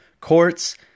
courts